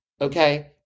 Okay